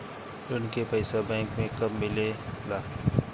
ऋण के पइसा बैंक मे कब मिले ला?